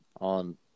on